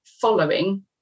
following